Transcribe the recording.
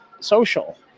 social